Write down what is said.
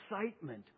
excitement